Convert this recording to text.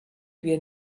wir